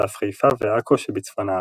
ואף חיפה ועכו שבצפון הארץ.